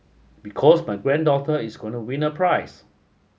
because my granddaughter is going to win a prize